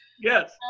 yes